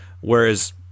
Whereas